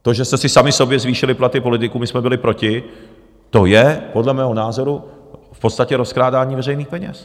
To, že jste si sami sobě zvýšili platy politiků, my jsme byli proti, to je podle mého názoru v podstatě rozkrádání veřejných peněz.